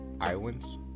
Iowans